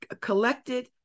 collected